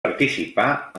participà